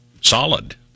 solid